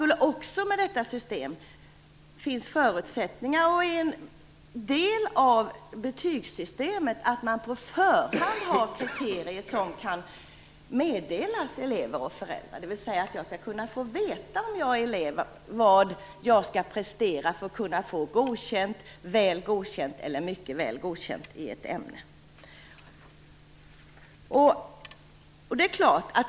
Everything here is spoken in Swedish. Med detta system finns förutsättningar att ha kriterier som på förhand kan meddelas elever och föräldrar. Om jag är elev skall jag kunna få veta vad jag skall prestera för att bli Godkänd, Väl godkänd eller Mycket väl godkänd i ett ämne.